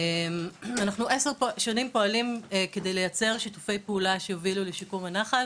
אנחנו עשר שנים פועלים כדי לייצר שיתופי פעולה שיובילו לשיקום הנחל